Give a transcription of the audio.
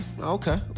Okay